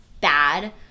bad